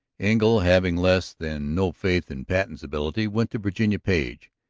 engle, having less than no faith in patten's ability went to virginia page.